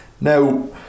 now